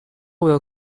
will